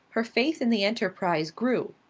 her faith in the enterprise grew.